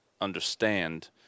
understand